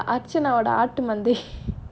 ya வந்து:vandhu